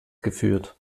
geführt